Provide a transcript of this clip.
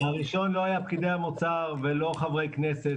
הראשון לא היה פקידי האוצר ולא חברי כנסת,